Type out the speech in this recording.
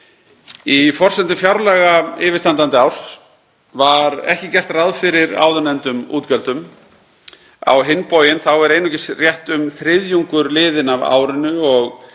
Í forsendum fjárlaga yfirstandandi árs var ekki gert ráð fyrir áðurnefndum útgjöldum. Á hinn bóginn er einungis rétt um þriðjungur liðinn af árinu og